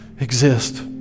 exist